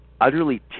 utterly